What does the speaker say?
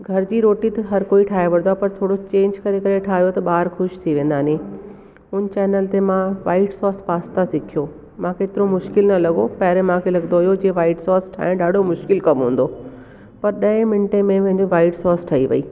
घर जी रोटी त हर कोई ठाए वठंदो आहे पर थोरो चेंज करे करे ठाहियो त ॿार खुश थी वेंदा नि उन चैनल ते मां वाइट सॉस पास्ता सिखियो मूंखे हेतिरो मुश्किल न लॻो पहिरियों मूंखे लॻंदो हुओ जीअं वाइट सॉस ठाहिण ॾाढो मुश्किल कमु हूंदो पर ॾह मिंटे में मुंहिंजी वाइट सॉस ठही वई